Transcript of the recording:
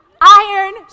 Iron